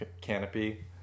canopy